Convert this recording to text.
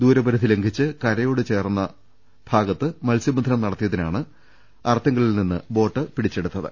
ദൂരപരിധി ലംഘിച്ച് കരയോട് ചേർന്ന് മത്സൃബന്ധനം നടത്തിയതിനാണ് അർത്തുങ്കൽ ഭാഗത്ത് നിന്ന് ബോട്ട് പിടിച്ചെടുത്തത്